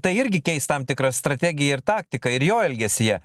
tai irgi keis tam tikrą strategiją ir taktiką ir jo elgesyje